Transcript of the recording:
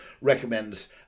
recommends